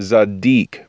Zadik